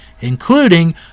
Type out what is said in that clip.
including